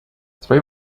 three